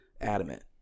adamant